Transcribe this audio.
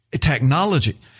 technology